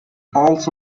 also